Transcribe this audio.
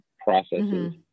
processes